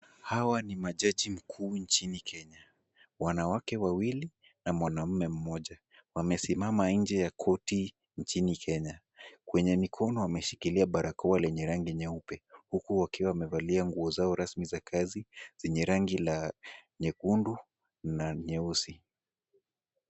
Hawa ni majaji mkuu nchini Kenya. Wanawake wawili na mwanaume mmoja wamesimama nje ya koti nchini Kenya. Kwenye mikono wameshikilia barakoa lenye rangi nyeupe huku wakiwa wamevalia nguo zao rasmi za kazi zenye rangi la nyekundu na nyeusi.